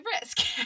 risk